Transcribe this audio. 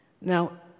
Now